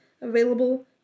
available